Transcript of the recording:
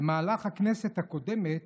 במהלך הכנסת הקודמת